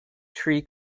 tree